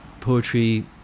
poetry